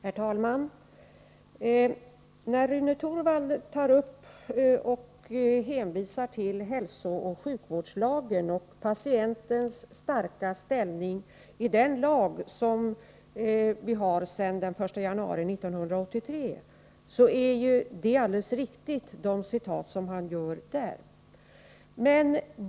Herr talman! Rune Torwald hänvisade till hälsooch sjukvårdslagens bestämmelser av den 1 januari 1983 och framhöll patientens starka ställning. Hans citat var helt riktiga.